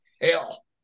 hell